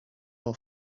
will